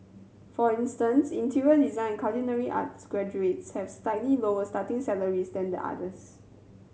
for instance interior design culinary arts graduates have slightly lower starting salaries than the others